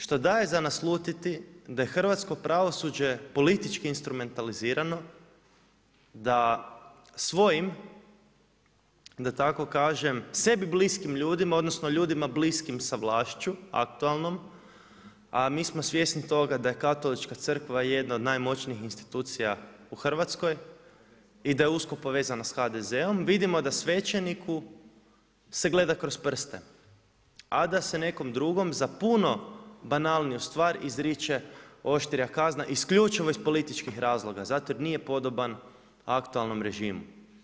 Što daje za naslutiti, da je hrvatsko pravosuđe politički instrumentalizirano, da svojim da tako kažem sebi bliskim ljudima odnosno ljudima bliskih sa vlašću aktualnom, a mi smo svjesni da je Katolička crvka jedna od najmoćnijih institucija u Hrvatskoj i da je usko povezana s HDZ-om, vidimo da svećeniku se gleda kroz prste, a da se nekom drugom za puno banalniju stvar izriče oštrija kazna isključivo iz političkih razloga zato jer nije podoban aktualnom režimu.